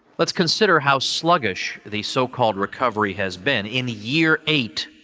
let's consider how sluggish the so-called recovery has been. in the year eight